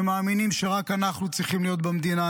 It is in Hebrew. שמאמינים שרק אנחנו צריכים להיות במדינה,